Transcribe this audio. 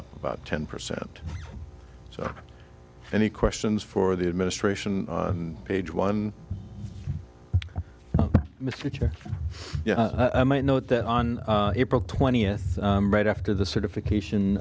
up about ten percent so any questions for the administration and page one with future yeah i might note that on april twentieth right after the certification